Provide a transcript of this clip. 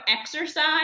exercise